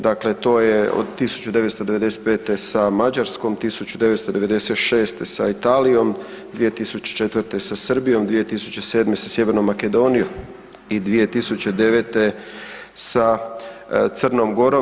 Dakle to je od 1995. sa Mađarskom, 1996. sa Italijom, 2004. sa Srbijom, 2007. sa Sjevernom Makedonijom i 2009. sa Crnom Gorom.